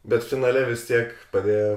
bet finale vis tiek padėjo